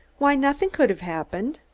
why, nothing could have happened.